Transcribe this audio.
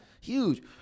huge